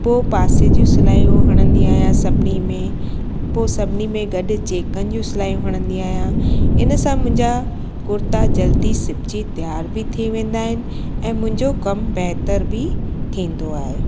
पोइ पासे जूं सिलायूं हणंदी आहियां सभिनी में पोइ सभिनी में गॾु चेकनि जूं सिलायूं हणंदी आहियां हिन सां मुंहिंजा कुर्ता जल्दी सिबिजी तयार बि थी वेंदा आहिनि ऐं मुंहिंजो कमु बहितर बि थींदो आहे